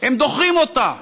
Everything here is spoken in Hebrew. הם דוחים אותה.